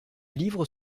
livre